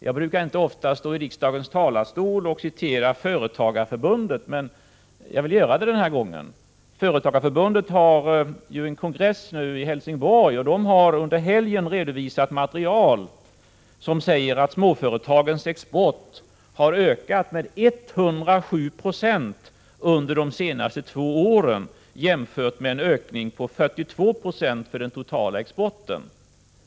Jag brukar inte ofta i riksdagens talarstol åberopa Företagareförbundet, men jag vill göra det den här gången. Företagareförbundet håller ju kongress i Helsingborg, och man har under helgen redovisat material som säger att småföretagens export har ökat med 107 Jo under de senaste två åren, jämfört med en ökning på 42 90 för den totala exporten.